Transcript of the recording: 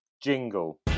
jingle